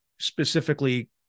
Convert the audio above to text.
specifically